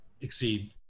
exceed